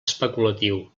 especulatiu